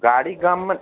गाड़ी गाममे